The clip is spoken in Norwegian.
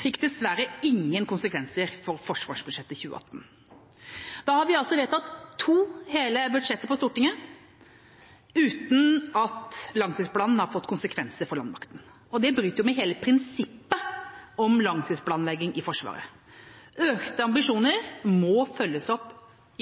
fikk dessverre ingen konsekvenser for forsvarsbudsjettet for 2018. Da har vi altså vedtatt to hele budsjetter i Stortinget uten at langtidsplanen har fått konsekvenser for landmakten, og det bryter jo med hele prinsippet om langtidsplanlegging i Forsvaret. Økte ambisjoner må følges opp